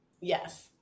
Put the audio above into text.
Yes